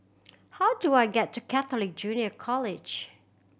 how do I get to Catholic Junior College